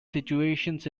situations